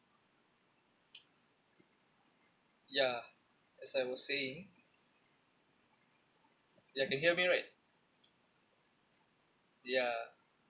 ya as I was saying ya can hear me right ya